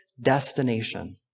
destination